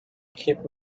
keep